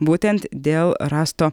būtent dėl rasto